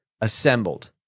assembled